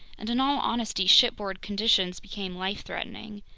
and in all honesty, shipboard conditions became life-threatening.